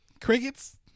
Crickets